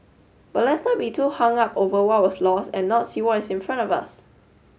but let's not be too hung up over what was lost and not see what is in front of us